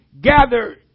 gather